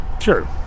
sure